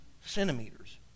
centimeters